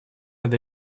над